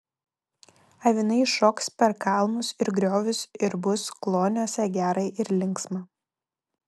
avinai šoks per kalnus ir griovius ir bus kloniuose gera ir linksma